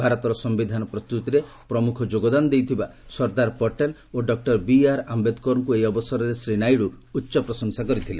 ଭାରତର ସମ୍ଘିଧାନ ପ୍ରସ୍ତୁତରେ ପ୍ରମୁଖ ଯୋଗଦାନ ଦେଇଥିବା ସର୍ଦ୍ଦାର ପଟେଲ ଓ ଡକ୍ନା ବିଆର୍ ଆମ୍ଘେଦକରଙ୍କୁ ଏହି ଅବସରରେ ଶ୍ରୀ ନାଇଡୁ ଉଚ୍ଚପ୍ରଶଂସା କରିଥିଲେ